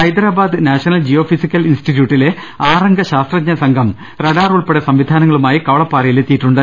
Hyderabad national geophysical ഇൻസ്റ്റിറ്റ്യൂട്ടിലെ ആറംഗ ശാസ്ത്രജ്ഞ സംഘം റഡാർ ഉൾപ്പെടെ സംവിധാനങ്ങളുമായി കവളപ്പാറ യിൽ എത്തിയിട്ടുണ്ട്